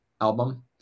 album